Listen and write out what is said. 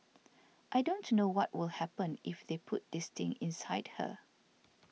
I don't know what will happen if they put this thing inside her